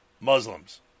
Muslims